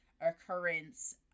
occurrence